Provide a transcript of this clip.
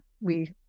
we-